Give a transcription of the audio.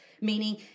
meaning